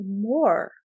more